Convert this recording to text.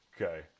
okay